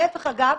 להיפך אגב.